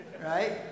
Right